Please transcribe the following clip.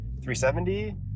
370